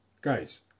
Guys